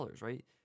right